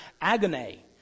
agony